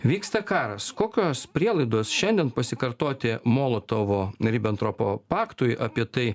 vyksta karas kokios prielaidos šiandien pasikartoti molotovo ribentropo paktui apie tai